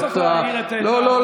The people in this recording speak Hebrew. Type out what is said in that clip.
אתה לא צריך, לא.